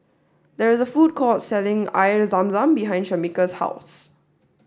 there is a food court selling Air Zam Zam behind Shamika's house